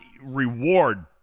reward